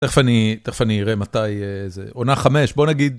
תכף אני, תכף אני אראה מתי זה, עונה חמש בוא נגיד.